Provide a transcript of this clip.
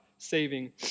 Saving